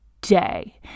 day